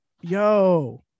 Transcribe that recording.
Yo